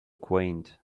quaint